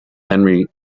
henry